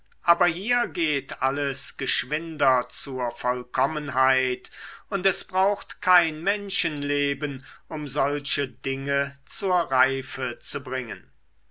aber hier geht alles geschwinder zur vollkommenheit und es braucht kein menschenleben um solche dinge zur reife zu bringen